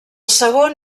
segon